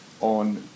on